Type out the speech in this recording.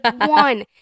One